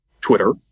Twitter